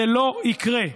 זה לא יקרה.